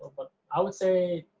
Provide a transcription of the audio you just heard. but i would say